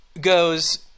goes